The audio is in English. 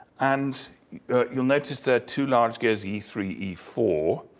and you'll notice there are two large gears e three, e four.